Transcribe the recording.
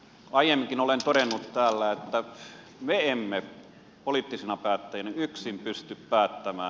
aiemminkin olen todennut täällä että me emme poliittisina päättäjinä yksin pysty päättämään